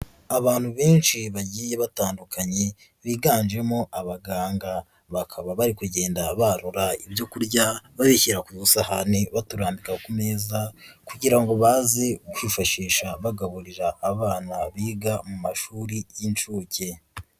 Abantu benshi bagiye batandukanye biganjemo abaganga, bakaba bari kugenda barura ibyo kurya babishyira ku dusahane baturambika ku meza kugira ngo baze kwifashisha bagaburira abana biga mu mashuri y'inshuke.